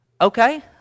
Okay